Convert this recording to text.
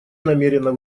намерена